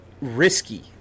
risky